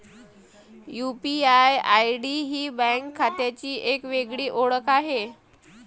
UPI ID ही bank खात्याची एक वेगळी ओळख आहे